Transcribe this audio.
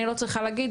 אני לא צריכה להגיד,